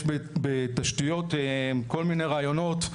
יש בתשתיות כל מיני רעיונות,